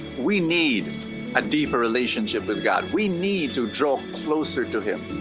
we need a deeper relationship with god. we need to draw closer to him.